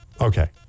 Okay